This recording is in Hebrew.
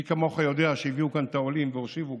מי כמוך יודע שהביאו כאן את העולים והושיבו,